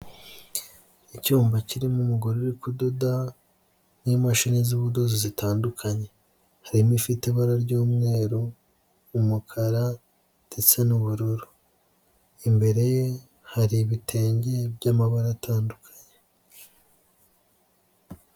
Icyuma kirimo umugore uri kudoda n'imashini z'ubudozi zitandukanye, harimo ifite ibara ry'umweru umukara ndetse n'ubururu, imbere ye hari ibitenge by'amabara atandukanye.